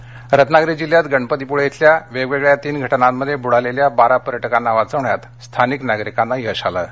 पर्यटक रत्नागिरी रत्नागिरी जिल्ह्यात गणपतीपुळे इथं वेगवेगळ्या तीन घटनांमध्ये बुडालेल्या बारा पर्यटकांना वाचवण्यात स्थानिक नागरिकांना यश आलं आहे